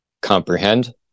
comprehend